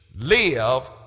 live